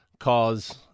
cause